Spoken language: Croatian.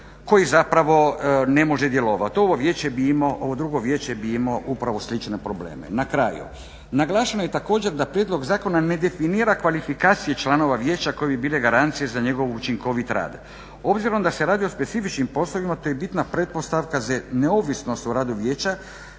koje zapravo ne može djelovati. Ovo drugo vijeće bi imalo upravo slične probleme. Na kraju, naglašeno je također da prijedlog zakona ne definira kvalifikacije članova vijeća koje bi bile garancije za njegov učinkovit rad obzirom da se radi o specifičnim poslovima te je bitna pretpostavka neovisnost o radu vijeća